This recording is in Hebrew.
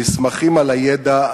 נסמכים על הידע,